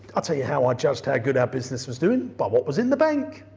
i'll tell you how i judged how good our business was doing, by what was in the bank.